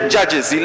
Judges